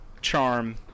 charm